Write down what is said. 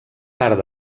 part